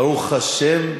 ברוך השם,